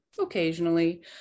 occasionally